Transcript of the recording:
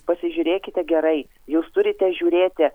pasižiūrėkite gerai jūs turite žiūrėti